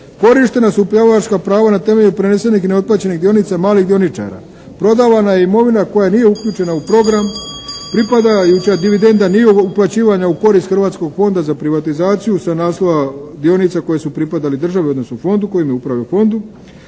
Korištena su upravljačka prava na temelju prenesenih i neotplaćenih dionica malih dioničara, prodavana je imovina koja nije uključena u program, pripadajuća dividenda nije uključivana u korist Hrvatskog fonda za privatizaciju sa naslova dionica koje su pripadali državi odnosno fondu kojim je upravljao fond.